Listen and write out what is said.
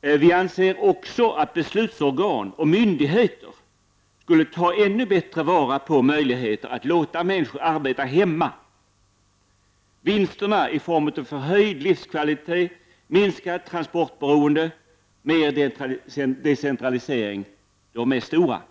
men anser också att beslutsorgan och myndigheter borde ta ännu bättre vara på möjligheter att låta människor arbeta hemma. Vinsterna i form av förhöjd livskvalitet, minskade transportkostnader och mer decentralisering är stora.